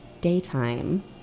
daytime